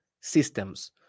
systems